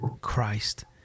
Christ